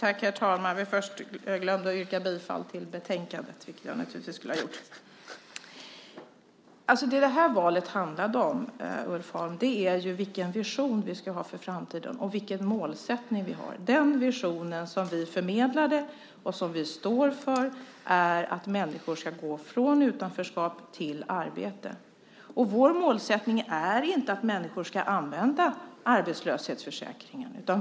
Herr talman! Jag glömde att yrka bifall till förslaget i betänkandet, vilket jag naturligtvis skulle ha gjort. Det valet handlade om, Ulf Holm, var vilken vision vi ska ha för framtiden och vilken målsättning vi har. Den vision som vi förmedlade och som vi står för är att människor ska gå från utanförskap till arbete. Vår målsättning är inte att människor ska använda arbetslöshetsförsäkringen.